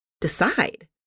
decide